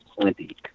plenty